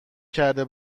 کرده